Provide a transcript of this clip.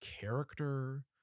character